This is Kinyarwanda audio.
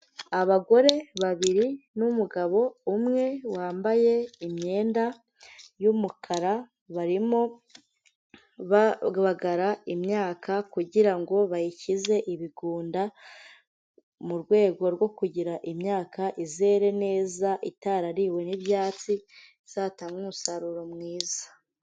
Abagore babiri n'umugabo umwe wambaye imyenda y'umukara, barimo babagara imyaka kugira ngo bayikize ibigunda, mu rwego rwo kugira ngo imyaka izere neza itarariwe n'ibyatsi, izatange umusaruro mwiza.